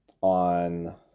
On